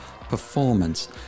performance